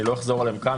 אני לא אחזור עליהן כאן,